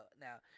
Now